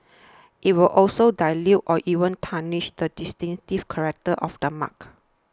it will also dilute or even tarnish the distinctive character of the mark